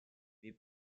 mais